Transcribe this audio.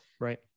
Right